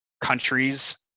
countries